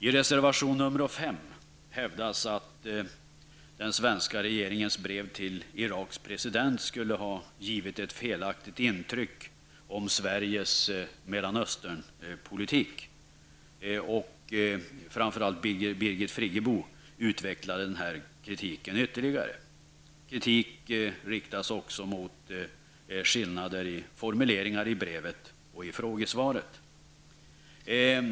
I reservation 5 hävdas att den svenska regeringens brev till Iraks president skulle ha givit ett felaktigt intryck om Sveriges Mellanösternpolitik. Framför allt Birgit Friggebo har utvecklat den kritiken ytterligare. Kritik har också riktats mot skillnader i formuleringen i brevet och i frågesvaret.